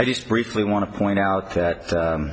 i just briefly want to point out that